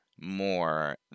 more